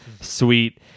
sweet